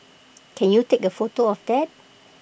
can you take A photo of that